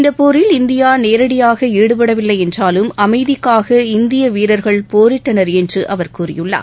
இந்தப்போரில் India நேரடியாக ஈடுபடவில்லை என்றாலும் அமைதிக்காக இந்திய வீரர்கள் போரிட்டனர் என்று அவர் கூறியுள்ளார்